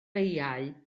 beiau